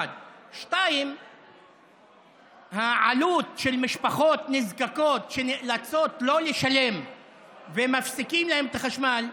1. 2. העלות של משפחות נזקקות שנאלצות לא לשלם ומפסיקים להן את החשמל,